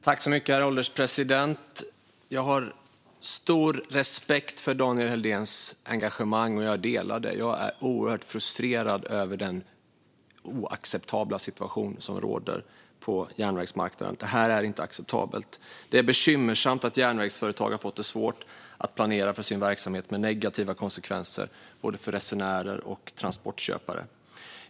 Herr ålderspresident! Jag har stor respekt för Daniel Helldéns engagemang, och jag delar det. Jag är oerhört frustrerad över den oacceptabla situation som råder på järnvägsmarknaden. Det är inte acceptabelt. Det är bekymmersamt att järnvägsföretagen har fått det svårt att planera sin verksamhet, med negativa konsekvenser för både resenärer och transportköpare.